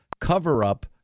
cover-up